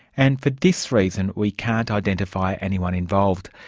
and for this reason we can't identify anyone involved.